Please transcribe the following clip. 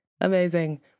Amazing